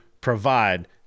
provide